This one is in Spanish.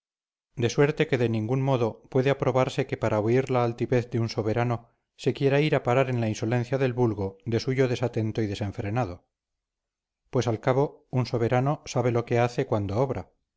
de suerte que de ningún modo puede aprobarse que para huir la altivez de un soberano se quiera ir a parar en la insolencia del vulgo de suyo desatento y desenfrenado pues al cabo un soberano sabe lo que hace cuando obra